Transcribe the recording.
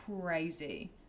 crazy